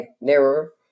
narrower